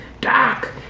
Doc